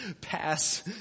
Pass